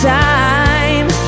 time